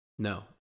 No